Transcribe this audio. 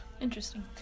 Interesting